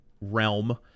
realm